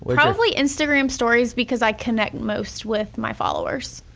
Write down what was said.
probably instagram stories because i connect most with my followers,